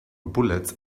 bullets